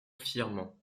fièrement